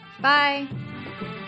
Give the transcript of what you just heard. Bye